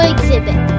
Exhibit